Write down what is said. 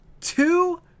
two